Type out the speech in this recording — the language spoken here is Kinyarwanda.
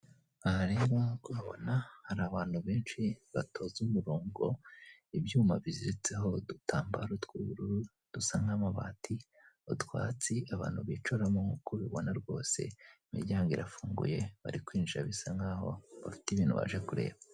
Aha rero uko ubabona hari abantu benshi batonze umurongo, ibyuma biziritseho udutambaro tw'ubururu dusa nk'amabati, utwatsi abantu bicaramo nk'uko ubibona rwose imiryango irafunguye, bari kwinjira bisa nk'aho bafite ibintu baje kureba.